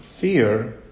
fear